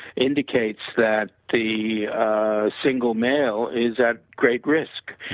indicates that the single male is at great risk.